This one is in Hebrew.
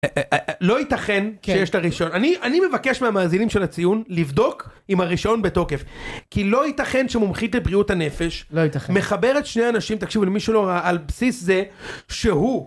לא ייתכן שיש את הראשון, אני אני מבקש מהמאזינים של הציון לבדוק עם הראשון בתוקף כי לא ייתכן שמומחית לבריאות הנפש, לא ייתכן, מחברת שני אנשים תקשיבו למי שלא ראה על בסיס זה שהוא.